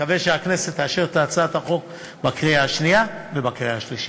נקווה שהכנסת תאשר את הצעת החוק בקריאה שנייה ובקריאה שלישית.